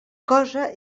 cosa